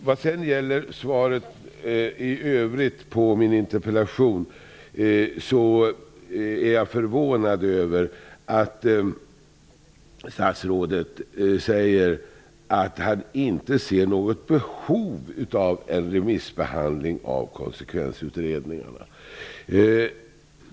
Vad gäller svaret i övrigt på min interpellation är jag förvånad över att statsrådet säger att han inte ser något behov av en remissbehandling av konsekvensutredningarna.